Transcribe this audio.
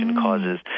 causes